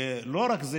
ולא רק זה,